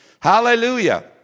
Hallelujah